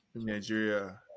Nigeria